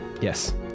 Yes